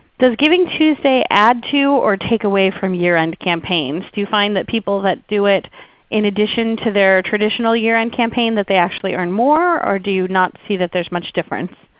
does givingtuesday add to or take away from year-end campaigns? do you find that people that do it in addition to their traditional year-end campaign that they actually earn more or do you not see that there's much difference?